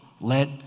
let